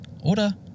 Oder